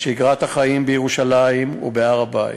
שגרת החיים בירושלים ובהר-הבית,